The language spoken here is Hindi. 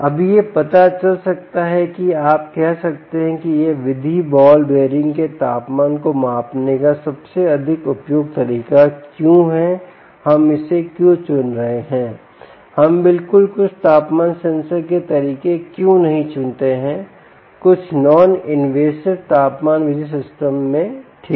अब यह पता चल सकता है कि आप कह सकते हैं कि यह विधि बॉल बेयरिंग के तापमान को मापने का सबसे अधिक उपयुक्त तरीका क्यों है हम इसे क्यों चुन रहे हैं हम बिल्कुल कुछ तापमान सेंसर के तरीके क्यों नहीं चुनते हैं कुछ नॉन इनवेसिव तापमान विधि सिस्टम में ठीक